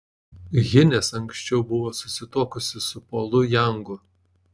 hines anksčiau buvo susituokusi su polu jangu